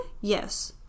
Yes